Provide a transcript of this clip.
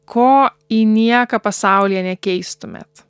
ko į nieką pasaulyje nekeistumėt